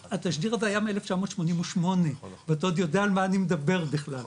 התשדיר הזה היה מ-1988 ואתה עוד יודע על מה אני מדבר בכלל,